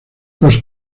los